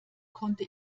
konnte